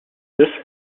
this